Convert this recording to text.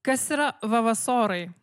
kas yra vavasorai